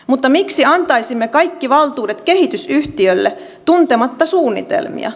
mutta miksi antaisimme kaikki valtuudet kehitysyhtiölle tuntematta suunnitelmia